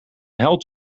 held